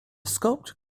sculpture